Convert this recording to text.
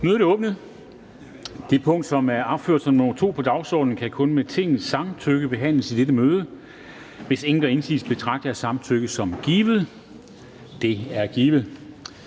Dam Kristensen): Det punkt, der er opført som nr. 2 på dagsordenen, kan kun med Tingets samtykke behandles i dette møde. Hvis ingen gør indsigelse, betragter jeg samtykket som givet. Det er givet.